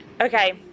Okay